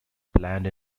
planned